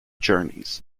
journeys